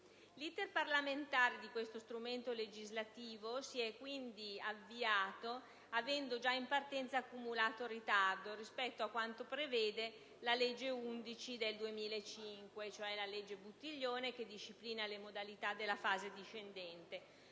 L'*iter* parlamentare di questo strumento legislativo si è quindi avviato avendo già in partenza accumulato ritardo rispetto a quanto prevede la legge n. 11 del 2005, cioè la legge Buttiglione, che disciplina le modalità della fase discendente,